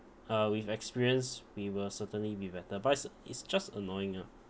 uh with experience we will certainly be better but it's it's just annoying ah